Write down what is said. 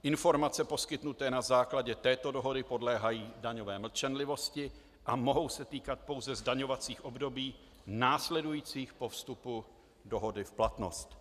Informace poskytnuté na základě této dohody podléhají daňové mlčenlivosti a mohou se týkat pouze zdaňovacích období následujících po vstupu dohody v platnost.